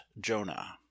Jonah